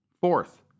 Fourth